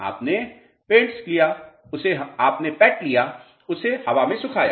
आपने पैट लिया इसे हवा में सुखाया